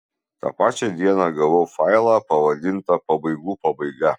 tą pačią dieną gavau failą pavadintą pabaigų pabaiga